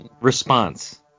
response